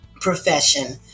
profession